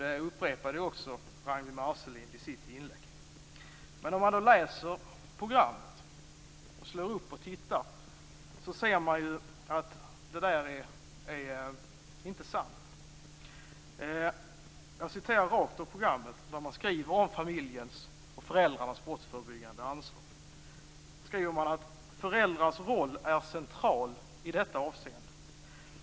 Det upprepade också Ragnwi Marcelind i sitt inlägg. Men om man läser programmet ser man att det där inte är sant. Jag citerar ur programmet om familjens och föräldrarnas brottsförebyggande ansvar: "Föräldrarnas roll är central i detta avseende.